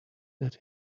that